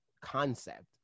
concept